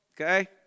Okay